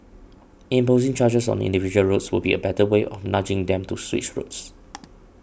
imposing charges on individual roads would be a better way of nudging them to switch routes